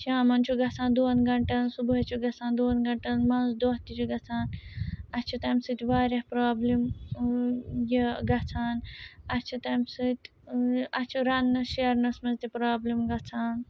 شامَن چھُ گژھان دۄن گنٛٹَن صُبحٲے چھُ گژھان دۄن گنٛٹَن منٛز دۄہ تہِ چھِ گَژھان اَسہِ چھُ تَمہِ سۭتۍ واریاہ پرٛابلِم یہِ گَژھان اَسہِ چھُ تَمہِ سۭتۍ اَسہِ چھُ رَنٛنَس شیٚرنَس منٛز تہِ پرٛابلِم گَژھان